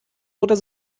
oder